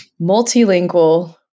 multilingual